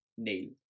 Neil